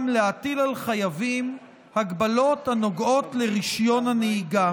להטיל על חייבים הגבלות הנוגעות לרישיון נהיגה.